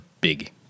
big